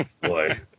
boy